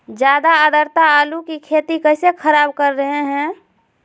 ज्यादा आद्रता आलू की खेती कैसे खराब कर रहे हैं?